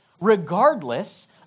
regardless